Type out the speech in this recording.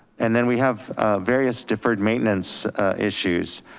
and then we have various deferred maintenance issues.